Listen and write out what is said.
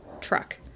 truck